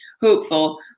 hopeful